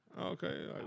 Okay